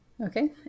okay